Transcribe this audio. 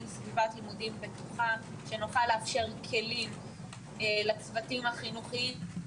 סביבת לימודים בטוחה וכדי שנוכל לאפשר כלים לצוותים החינוכיים.